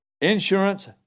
insurance